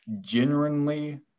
genuinely